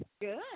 good